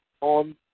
on